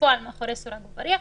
בפועל מאחורי סורג ובריח,